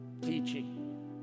teaching